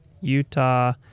Utah